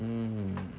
mm